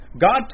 God